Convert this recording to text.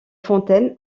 fontaine